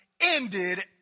ended